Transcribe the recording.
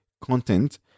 content